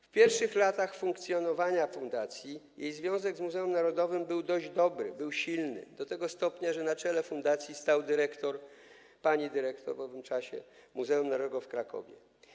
W pierwszych latach funkcjonowania fundacji jej związek z Muzeum Narodowym był dość dobry, był silny do tego stopnia, że na czele fundacji stał dyrektor - pani dyrektor w owym czasie - Muzeum Narodowego w Krakowie.